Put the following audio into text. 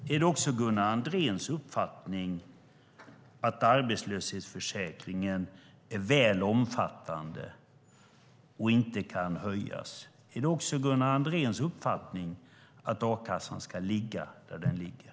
Är det också Gunnar Andréns uppfattning att arbetslöshetsförsäkringen är väl omfattande och inte kan höjas? Är det också Gunnar Andréns uppfattning att a-kassan ska ligga där den ligger?